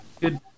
good